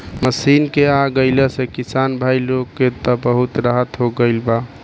machine के आ गईला से किसान भाई लोग के त बहुत राहत हो गईल बा